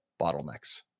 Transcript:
bottlenecks